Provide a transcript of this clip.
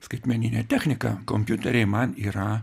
skaitmeninė technika kompiuteriai man yra